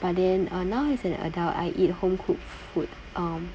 but then uh now as an adult I eat home cooked food um